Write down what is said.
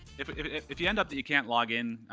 if if you end up that you can't log in,